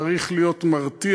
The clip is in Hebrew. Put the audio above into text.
צריך להיות מרתיע,